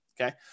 Okay